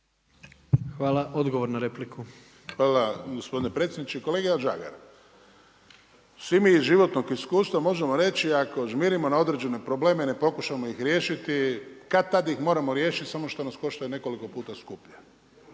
Ivan (HDZ)** Hvala gospodine predsjedniče. Kolega Žagar, svi mi iz životnog iskustva možemo reći ako žmirimo na određene probleme, ne pokušamo ih riješiti kad-tad ih moramo riješiti samo što nas koštaju nekoliko puta skuplje.